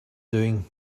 doing